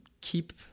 keep